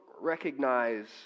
recognize